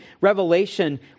Revelation